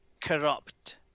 corrupt